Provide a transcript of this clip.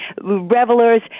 revelers